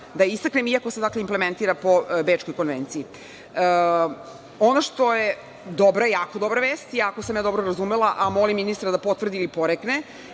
da istaknem, iako se implementira po Bečkoj konvenciji. Ono što je jako dobra vest, ako sam dobro razumela, a molim ministra da potvrdi ili porekne,